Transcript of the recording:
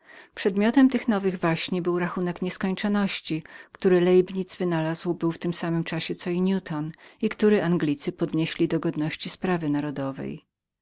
przedmiotem tych nowych waśni była analiza rachunku różniczkowego którą leibnitz wynalazł był w tym samym czasie co i newton i którą anglicy podnieśli do godności sprawy narodowej